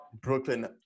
Brooklyn